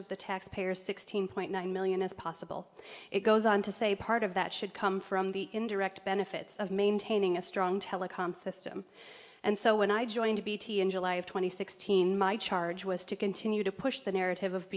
of the taxpayers sixteen point nine million as possible it goes on to say part of that should come from the indirect benefits of maintaining a strong telecom system and so when i joined to bt in july of two thousand and sixteen my charge was to continue to push the narrative of